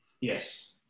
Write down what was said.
Yes